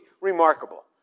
remarkable